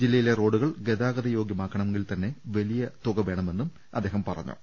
ജില്ലയിലെ റോഡുകൾ ഗതാഗതയോഗ്യമാക്കണ മെങ്കിൽ തന്നെ വളരെ വലിയ തുക വേണമെന്നും അദ്ദേഹം പറഞ്ഞു